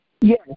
Yes